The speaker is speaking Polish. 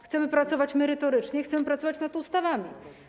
Chcemy pracować merytorycznie i chcemy pracować nad ustawami.